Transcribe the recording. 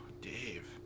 Dave